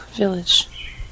Village